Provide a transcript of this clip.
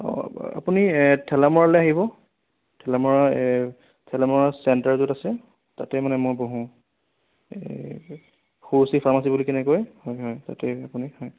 আপুনি ঠেলামৰালে আহিব ঠেলামৰা ঠেলামৰা চেন্টাৰ য'ত আছে তাতেই মানে মই বহোঁ ফাৰ্মাচী বুলি কয় হয় হয় তাতেই আপুনি হয়